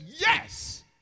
yes